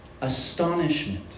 astonishment